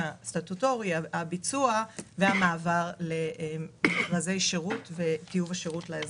עבר הביצוע והמעבר למכרזי שירות וקיום השירות לאזרח.